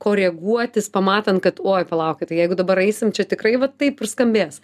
koreguotis pamatant kad oi palaukit tai jeigu dabar eisim čia tikrai vat taip ir skambės